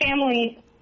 family